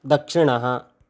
दक्षिणः